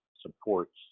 supports